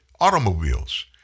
automobiles